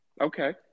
Okay